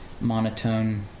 monotone